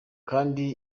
kandi